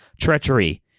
treachery